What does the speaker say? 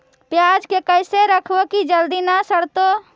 पयाज के कैसे रखबै कि जल्दी न सड़तै?